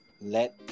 Let